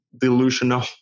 delusional